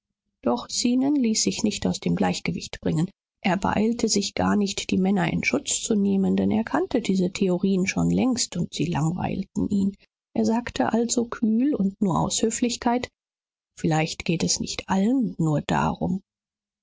doch zenon ließ sich nicht aus dem gleichgewicht bringen er beeilte sich gar nicht die männer in schutz zu nehmen denn er kannte diese theorien schon längst und sie langweilten ihn er sagte also kühl und nur aus höflichkeit vielleicht geht es nicht allen nur darum